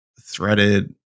threaded